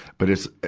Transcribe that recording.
but it's,